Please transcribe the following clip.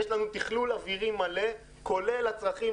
יש לנו תכלול אווירי מלא כולל הצרכים